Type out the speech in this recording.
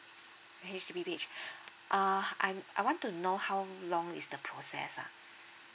H_D_P page uh I'm I want to know how long is the process ah